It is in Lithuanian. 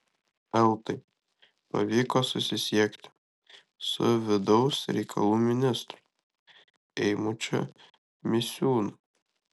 eltai pavyko susisiekti su vidaus reikalų ministru eimučiu misiūnu